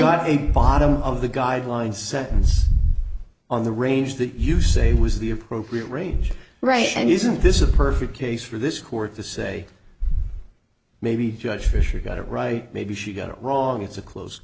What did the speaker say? the bottom of the guideline sentence on the range that you say was the appropriate range right and isn't this a perfect case for this court to say maybe judge fisher got it right maybe she got it wrong it's a close